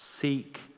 Seek